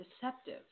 deceptive